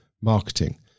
marketing